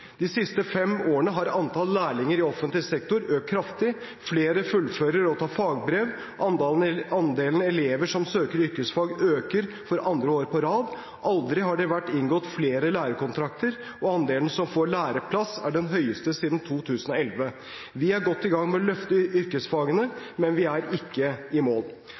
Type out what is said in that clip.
De siste fem årene har antall lærlinger i offentlig sektor økt kraftig. Flere fullfører og tar fagbrev. Andelen elever som søker yrkesfag, øker for andre år på rad. Aldri har det vært inngått flere lærekontrakter, og andelen som får læreplass, er den høyeste siden 2011. Vi er godt i gang med å løfte yrkesfagene, men vi er ikke i mål.